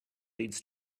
leads